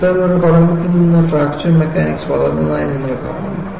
അത്തരമൊരു പഠനത്തിൽ നിന്ന് ഫ്രാക്ചർ മെക്കാനിക്സ് വളർന്നതായി നിങ്ങൾ കാണുന്നു